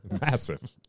Massive